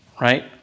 Right